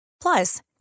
Plus